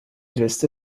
liste